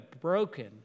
broken